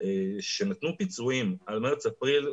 שנתנו פיצויים על מרץ-אפריל,